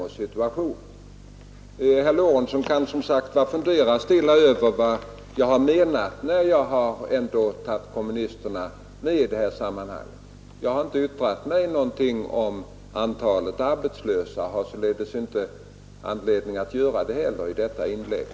Herr Lorentzon kan som sagt stilla fundera över vad jag har menat när jag ändå tagit med kommunisterna i det här sammanhanget. Jag har inte yttrat mig om antalet arbetslösa och har således inte heller anledning att göra det i detta inlägg.